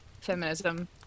feminism